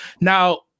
now